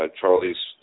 Charlie's